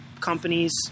Companies